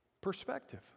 Perspective